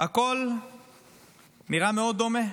הכול נראה מאוד דומה.